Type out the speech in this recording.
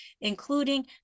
including